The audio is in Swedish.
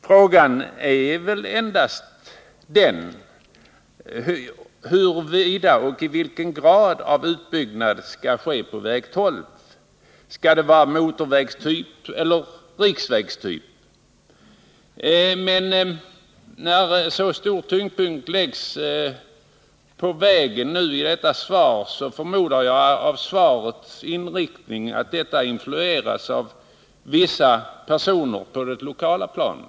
Frågan är väl endast huruvida och i vilken grad utbyggnad skall ske av väg 12. Skall den bli av motorvägstyp eller av riksvägstyp? När så stor tyngdpunkt läggs på vägen i detta svar, förmodar jag av svarets inriktning att det har influerats av vissa personer på det lokala planet.